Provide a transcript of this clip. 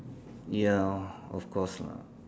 ya of course lah